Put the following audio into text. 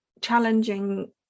challenging